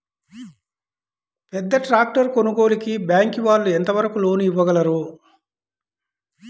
పెద్ద ట్రాక్టర్ కొనుగోలుకి బ్యాంకు వాళ్ళు ఎంత వరకు లోన్ ఇవ్వగలరు?